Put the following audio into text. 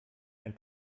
ein